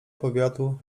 powiatu